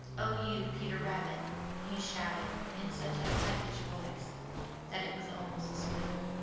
oh, you peter rabbit! he shouted in such a high-pitched voice that it was almost a squeal.